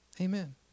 Amen